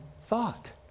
thought